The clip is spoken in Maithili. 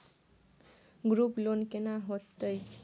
ग्रुप लोन केना होतै?